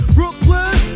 Brooklyn